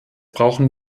brauchen